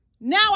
now